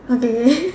okay